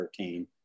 13